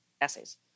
essays